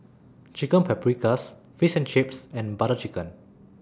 Chicken Paprikas Fish and Chips and Butter Chicken